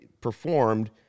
performed